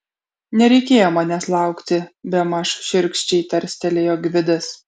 nereikėjo manęs laukti bemaž šiurkščiai tarstelėjo gvidas